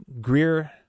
Greer